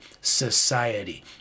society